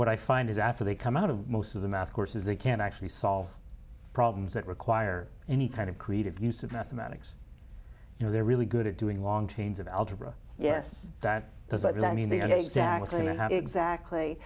one i find is after they come out of most of the math courses they can actually solve problems that require any kind of creative use of mathematics you know they're really good at doing long chains of algebra yes that does i mean they are they exactly are not exactly